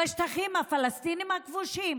בשטחים הפלסטיניים הכבושים.